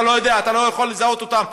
אתה לא יודע, אתה לא יכול לזהות אותם.